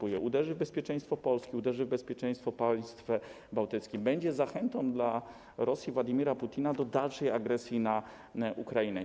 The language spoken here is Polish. Uderzy też w bezpieczeństwo Polski, uderzy w bezpieczeństwo państw bałtyckich, będzie zachętą dla Rosji Władimira Putina do dalszej agresji na Ukrainę.